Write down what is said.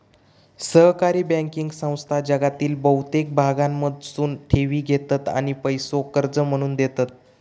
सहकारी बँकिंग संस्था जगातील बहुतेक भागांमधसून ठेवी घेतत आणि पैसो कर्ज म्हणून देतत